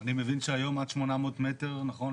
אני מבין שהיום עד 800 מטר, נכון?